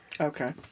Okay